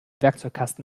werkzeugkasten